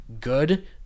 good